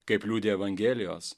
kaip liudija evangelijos